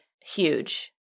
huge